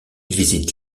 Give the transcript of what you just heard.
visite